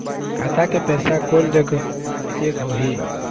खाता के पैसा कोन जग चेक होही?